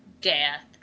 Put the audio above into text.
death